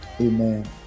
amen